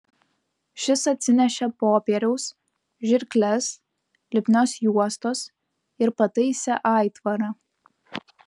šis atsinešė popieriaus žirkles lipnios juostos ir pataisė aitvarą